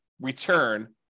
return